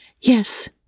Yes